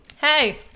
Hey